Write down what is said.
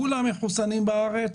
כולם מחוסנים בארץ